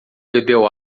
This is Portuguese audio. bebeu